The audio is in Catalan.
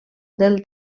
del